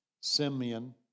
Simeon